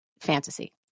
fantasy